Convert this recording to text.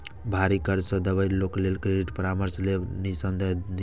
भारी कर्ज सं दबल लोक लेल क्रेडिट परामर्श लेब निस्संदेह नीक छै